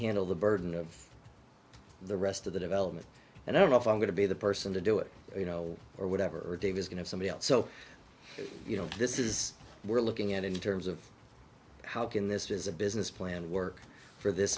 handle the burden of the rest of the development and i don't know if i'm going to be the person to do it you know or whatever or dave is going to somebody else so you know this is we're looking at in terms of how can this as a business plan work for this